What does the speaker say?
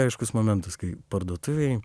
aiškus momentas kai parduotuvėj